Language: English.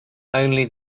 only